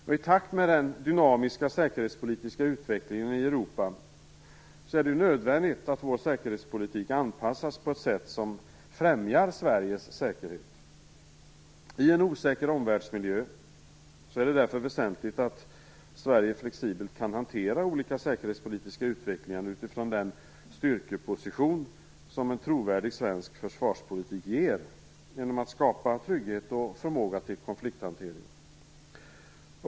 I takt med den dynamiska säkerhetspolitiska utvecklingen i Europa är det nödvändigt att vår säkerhetspolitik anpassas på ett sätt som främjar Sveriges säkerhet. I en osäker omvärldsmiljö är det därför väsentligt att Sverige flexibelt kan hantera olika säkerhetspolitiska utvecklingar utifrån den styrkeposition som en trovärdig svensk försvarspolitik ger genom att skapa trygghet och förmåga till konflikthantering.